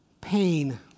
pain